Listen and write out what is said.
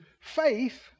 faith